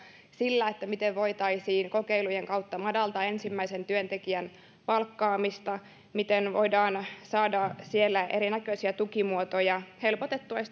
sillä miten voitaisiin kokeilujen kautta madaltaa ensimmäisen työntekijän palkkaamista miten voidaan saada siellä erinäköisiä tukimuotoja helpottamaan